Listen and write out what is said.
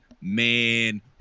Man